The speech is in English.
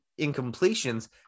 incompletions